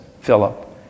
Philip